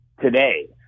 today